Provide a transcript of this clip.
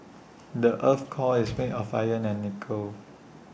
the Earth's core is made of iron and nickel